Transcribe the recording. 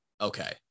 okay